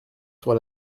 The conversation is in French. sur